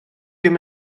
dim